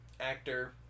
actor